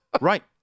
right